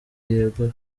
yegura